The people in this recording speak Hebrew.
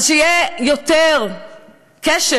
אז שיהיה יותר קשב,